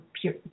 pure